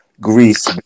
Greece